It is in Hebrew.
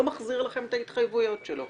לא מחזיר לכם את ההתחייבות שלו.